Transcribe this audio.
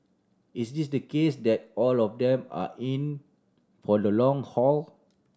is it the case that all of them are in for the long haul